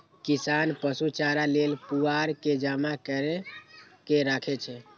किसान पशु चारा लेल पुआर के जमा कैर के राखै छै